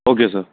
okay sir